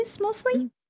mostly